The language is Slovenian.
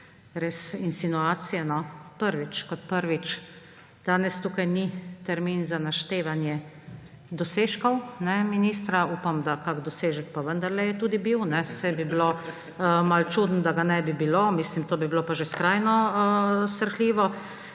res insinuacije. Prvič kot prvič, danes tukaj ni termin za naštevanje dosežkov ministra. Upam, da kak dosežek pa vendarle je tudi bil, sicer bi bilo malo čudno, da ga ne bi bilo. Mislim, to bi bilo pa že skrajno srhljivo.